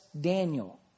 Daniel